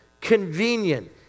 convenient